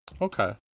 Okay